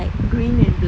green and black